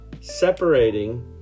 separating